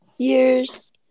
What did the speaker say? years